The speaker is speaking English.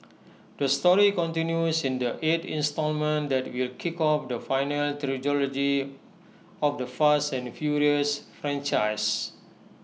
the story continues in the eight instalment that will kick off the final trilogy of the fast and furious franchise